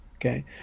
Okay